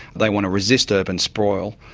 they want to resist urban sprawl.